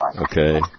Okay